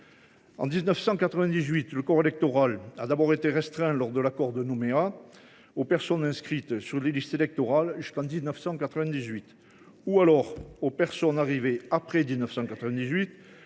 En 1998, le corps électoral a d’abord été restreint par l’accord de Nouméa aux personnes inscrites sur les listes électorales jusqu’en 1998 et aux personnes arrivées après 1998